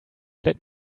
let